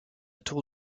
tour